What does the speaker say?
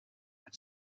had